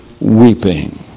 weeping